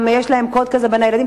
יש קוד כזה בין הילדים,